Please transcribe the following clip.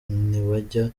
ntibajya